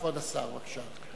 כבוד השר, בבקשה.